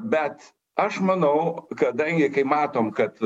bet aš manau kadangi kai matom kad